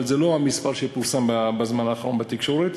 אבל זה לא המספר שפורסם בזמן האחרון בתקשורת.